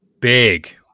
big